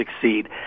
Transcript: succeed